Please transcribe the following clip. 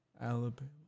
Alabama